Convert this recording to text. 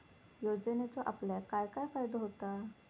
योजनेचो आपल्याक काय काय फायदो होता?